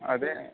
అదే